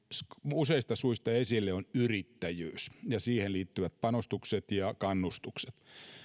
useilla suilla esille on yrittäjyys ja siihen liittyvät panostukset ja kannustukset